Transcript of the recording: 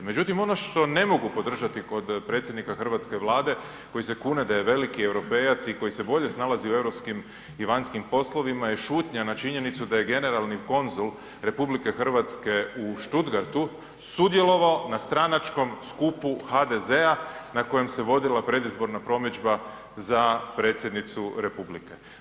Međutim, ono što ne mogu podržati kod predsjednika hrvatske Vlade koji se kune da je veliki europejac i koji se bolje snalazi u europskim i vanjskim poslovima je šutnja na činjenicu da je generalni konzul RH u Stuttgartu sudjelovao na stranačkom skupu HDZ-a na kojem se vodila predizborna promidžba za predsjednicu RH.